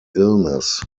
illness